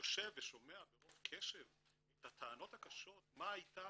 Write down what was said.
יושב ושומע ברוב קשב את הטענות הקשות מה הייתה